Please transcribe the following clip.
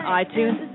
iTunes